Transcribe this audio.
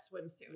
swimsuit